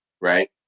right